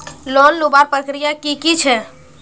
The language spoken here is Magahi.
लोन लुबार प्रक्रिया की की छे?